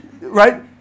Right